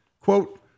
quote